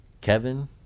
Kevin